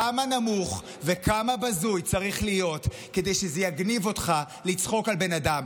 כמה נמוך וכמה בזוי צריך להיות כדי שזה יגניב אותך לצחוק על בן אדם.